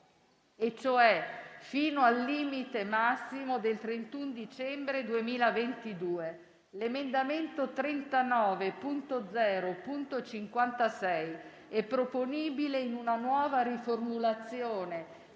e cioè fino al limite massimo del 31 dicembre 2022. L'emendamento 39.0.56 è proponibile in una nuova riformulazione e